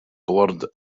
blurred